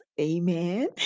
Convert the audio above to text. Amen